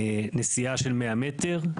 נסיעה של 100 מטר,